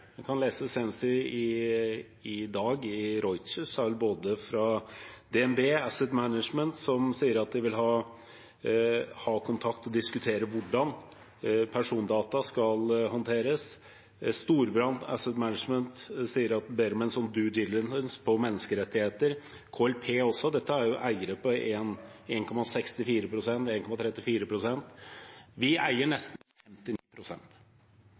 kan lese det senest i dag hos Reuters – som DNB Asset Management, som sier at de vil ha kontakt og diskutere hvordan persondata skal håndteres. Storebrand Asset Management sier at de ber om en «due diligence» for menneskerettigheter, KLP også. Dette er eiere på 1,64 pst. og 1,34 pst. Vi eier nesten